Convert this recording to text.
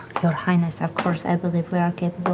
your highness, of course i believe we are